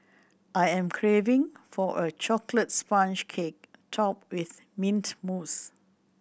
I am craving for a chocolate sponge cake topped with mint mousse